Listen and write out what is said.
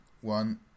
one